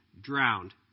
drowned